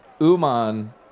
Uman